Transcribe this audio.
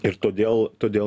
ir todėl todėl